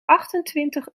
achtentwintig